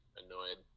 annoyed